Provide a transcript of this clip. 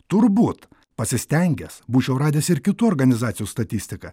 turbūt pasistengęs būčiau radęs ir kitų organizacijų statistiką